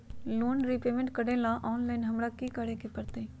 Loan repayment करेला online हमरा की करे के परतई?